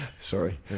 sorry